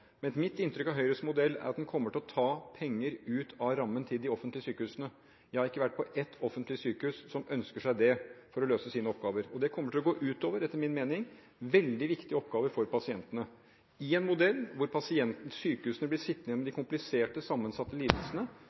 Mitt inntrykk av Høyres modell er at den kommer til å ta penger ut av rammen til de offentlige sykehusene. Jeg har ikke vært på ett offentlig sykehus som ønsker seg det for å løse sine oppgaver. Det kommer – etter min mening – til å gå utover veldig viktige oppgaver for pasientene, i en modell hvor sykehusene blir sittende igjen med de kompliserte, sammensatte lidelsene,